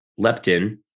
leptin